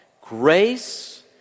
grace